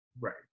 right